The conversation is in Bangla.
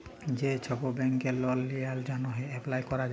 যে ছব ব্যাংকে লল গিলার জ্যনহে এপ্লায় ক্যরা যায়